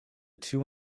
two